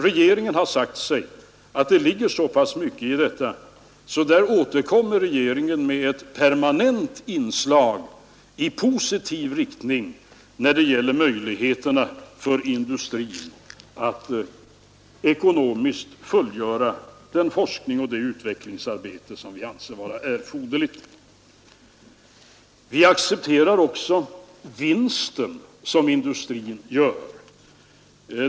Regeringen har sagt sig att det ligger så pass mycket i detta att regeringen här återkommer med ett permanent inslag i positiv riktning när det gäller möjligheterna för industrin att ekonomiskt fullgöra den forskning och det utvecklingsarbete som vi anser vara erforderliga. Vi accepterar också den vinst som industrin gör.